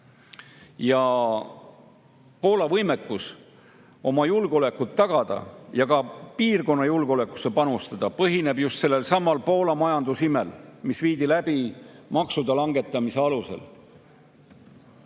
Poola võimekus oma julgeolekut tagada ja ka piirkonna julgeolekusse panustada põhineb just sellelsamal Poola majandusimel, mis toimus maksude langetamise alusel.